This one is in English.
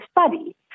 study